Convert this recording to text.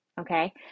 okay